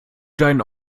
deinen